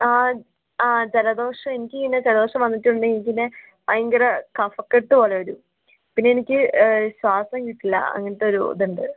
ആ ആ ജലദോഷം എനിക്ക് ഇങ്ങനെ ജലദോഷം വന്നിട്ടുണ്ട് പിന്നെ ഭയങ്കര കഫക്കെട്ട് പോലെ വരും പിന്നെ എനിക്ക് ശ്വാസം കിട്ടില്ല അങ്ങനത്തെ ഒരു ഇതൊണ്ട്